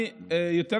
אתה יודע,